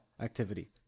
activity